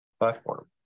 platform